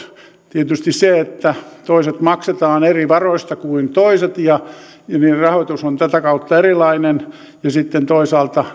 tietysti se että toiset maksetaan eri varoista kuin toiset ja niiden rahoitus on tätä kautta erilainen ja sitten toisaalta